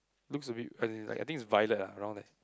looks a bit as in like I think is violet lah around there